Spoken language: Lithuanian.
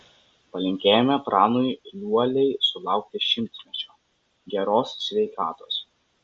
palinkėjome pranui liuoliai sulaukti šimtmečio geros sveikatos